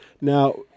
Now